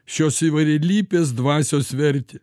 šios įvairialypės dvasios vertė